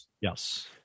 Yes